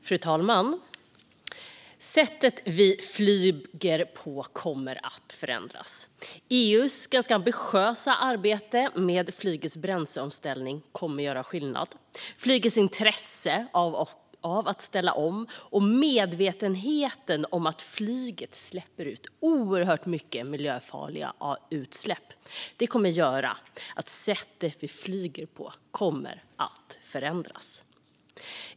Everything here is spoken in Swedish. Fru talman! Sättet vi flyger på kommer att förändras. EU:s ganska ambitiösa arbete med flygets bränsleomställning kommer att göra skillnad. Flygets intresse av att ställa om och medvetenheten om att flyget ger upphov till oerhört mycket miljöfarliga utsläpp kommer att göra att sättet vi flyger på förändras.